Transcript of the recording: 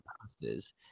pastors